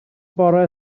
bore